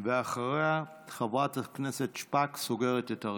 ואחריה, חברת הכנסת שפק, הסוגרת את הרשימה.